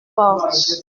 porte